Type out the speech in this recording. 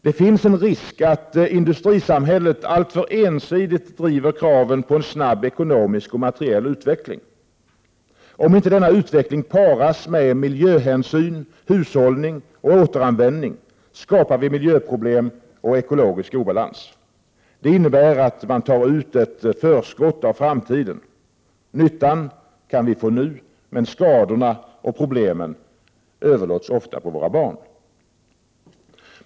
Det finns en risk att industrisamhället alltför ensidigt driver kraven på en snabb ekonomisk och materiell utveckling. Om inte denna utveckling paras med miljöhänsyn, hushållning och återanvändning skapar vi miljöproblem och ekologisk obalans. Detta innebär att man tar ut ett förskott av framtiden. Nyttan kan vi få nu, medan skadorna och problemen ofta överlåts på våra barn.